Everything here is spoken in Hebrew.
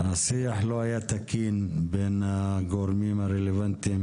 השיח לא היה תקין בין הגורמים הרלוונטיים